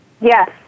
Yes